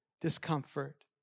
discomfort